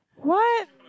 what